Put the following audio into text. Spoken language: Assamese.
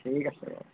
ঠিক আছে